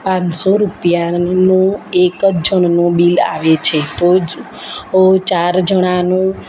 પાંચસો રૂપિયાનું એક જ જણનું બિલ આવે છે તો જ ઓ ચાર જણાનું